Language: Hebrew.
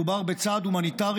מדובר בצעד הומניטרי